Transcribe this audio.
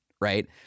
right